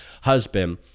husband